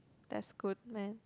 that's good man